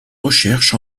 recherches